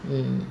mm